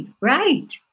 Right